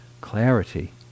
clarity